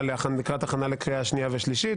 בהצעת החוק המקבילה לקראת הכנה לקריאה שנייה ושלישית,